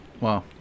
wow